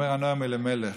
אומר "נועם אלימלך":